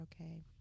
okay